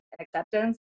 acceptance